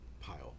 pile